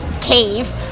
cave